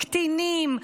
קטינים,